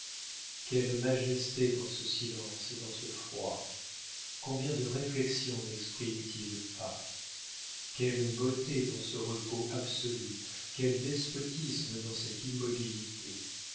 quelle majesté dans ce silence et dans ce froid combien de réflexions nexprime t il pas quelle beauté dans ce repos absolu quel despotisme dans cette immobilité